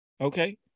Okay